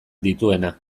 dituena